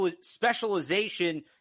specialization